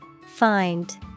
Find